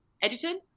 Edgerton